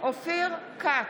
אופיר כץ,